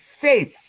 faith